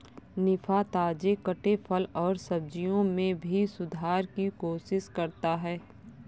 निफा, ताजे कटे फल और सब्जियों में भी सुधार की कोशिश करता है